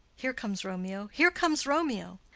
here comes romeo! here comes romeo!